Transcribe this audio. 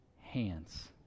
hands